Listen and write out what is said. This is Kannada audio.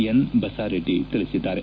ಎನ್ ಬಸಾರೆಡ್ಡಿ ತಿಳಿಸಿದ್ದಾರೆ